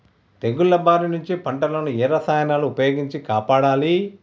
తెగుళ్ల బారి నుంచి పంటలను ఏ రసాయనాలను ఉపయోగించి కాపాడాలి?